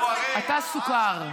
אתה סוכר.